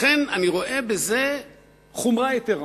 לכן אני רואה בזה חומרה יתירה.